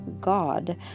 god